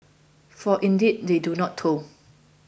for indeed they do not toil